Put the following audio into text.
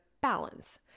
balance